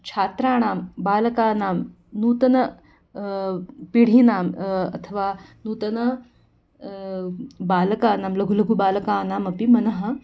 छात्राणां बालकानां नूतन पिढीनां अथवा नूतन बालकानां लघु लघुबालकानामपि मनः